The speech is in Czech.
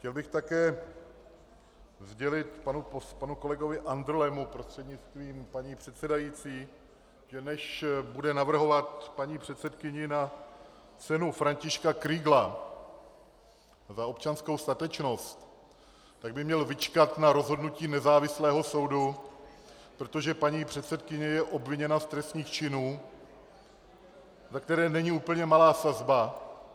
Chtěl bych také sdělit panu kolegovi Andrlemu prostřednictvím paní předsedající, že než bude navrhovat paní předsedkyni na Cenu Františka Kriegla za občanskou statečnost, tak by měl vyčkat na rozhodnutí nezávislého soudu, protože paní předsedkyně je obviněna z trestných činů, ve kterých není úplně malá sazba.